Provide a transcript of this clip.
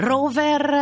Rover